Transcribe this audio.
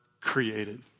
created